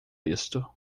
isto